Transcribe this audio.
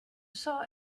saw